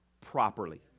properly